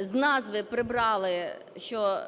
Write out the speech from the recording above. З назви прибрали, що…